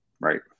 right